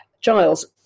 Giles